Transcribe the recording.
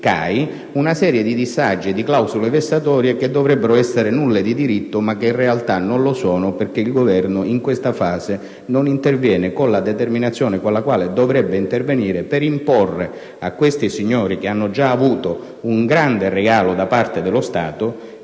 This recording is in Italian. delle lavoratrici CAI. Clausole vessatorie che dovrebbero essere nulle di diritto, ma che in realtà non lo sono perché il Governo in questa fase non interviene con la determinazione con la quale dovrebbe intervenire per imporre a questi signori, che hanno già avuto un grande regalo da parte dello Stato